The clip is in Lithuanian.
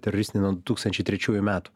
teroristine nuo du tūkstančiai trečiųjų metų